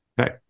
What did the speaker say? Okay